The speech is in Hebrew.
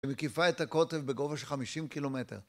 ומקיפה את הקוטב בגובה של 50 קילומטר.